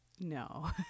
No